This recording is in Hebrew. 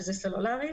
שזה סלולרי.